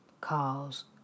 calls